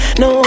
no